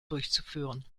durchzuführen